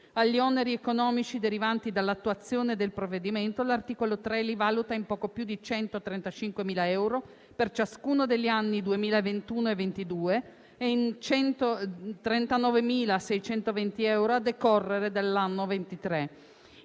agli oneri economici derivanti dall'attuazione del provvedimento. L'articolo 3 li valuta in poco più di 135.000 euro per ciascuno degli anni 2021 e 2022, e in 139.620 euro a decorrere dal 2023.